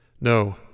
No